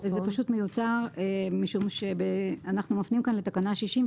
מה שנמחק זה פשוט מיותר משום שאנחנו מפנים כאן לתקנה 60,